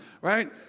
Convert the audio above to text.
right